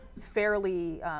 fairly